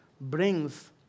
brings